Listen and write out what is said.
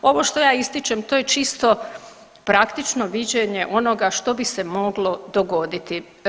Ovo što ja ističem to je čisto praktično viđenje onoga što bi se moglo dogoditi.